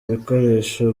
bikoresho